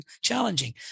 challenging